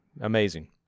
Amazing